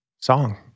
song